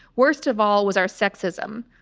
worst of all was our sexism,